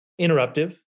interruptive